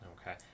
Okay